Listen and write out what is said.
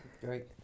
Great